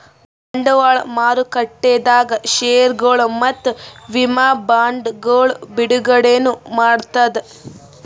ಬಂಡವಾಳ್ ಮಾರುಕಟ್ಟೆದಾಗ್ ಷೇರ್ಗೊಳ್ ಮತ್ತ್ ವಿಮಾ ಬಾಂಡ್ಗೊಳ್ ಬಿಡುಗಡೆನೂ ಮಾಡ್ತದ್